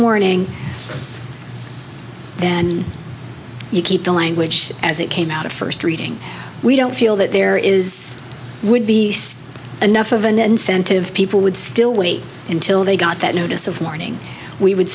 morning then you keep the language as it came out of first reading we don't feel that there is would be enough of an incentive people would still wait until they got that notice of morning we would